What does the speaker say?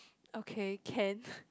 okay can